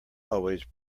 always